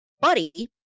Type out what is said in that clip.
buddy